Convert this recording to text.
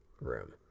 room